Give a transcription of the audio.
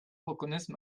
reconnaisse